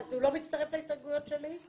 אז הוא לא מצטרף להסתייגויות שלי?